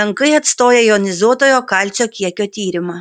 menkai atstoja jonizuotojo kalcio kiekio tyrimą